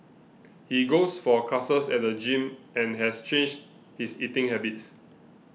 he goes for classes at the gym and has changed his eating habits